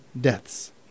deaths